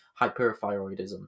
hyperthyroidism